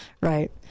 Right